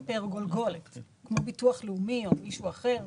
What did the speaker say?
פר-גולגולת כמו ביטוח לאומי או מישהו אחר.